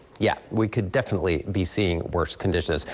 yeah we could definitely be seeing worse conditions.